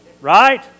Right